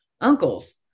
uncles